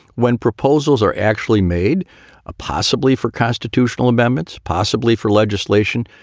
when proposals are actually made ah possibly for constitutional amendments, possibly for legislation,